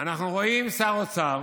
אנחנו רואים שר אוצר